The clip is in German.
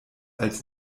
als